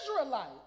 Israelite